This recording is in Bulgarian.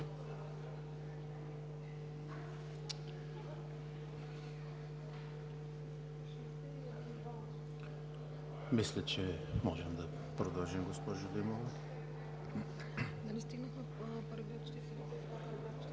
Мисля, че можем да продължим, госпожо Димова.